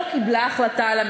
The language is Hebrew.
הם לא מצביעים.